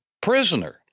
prisoner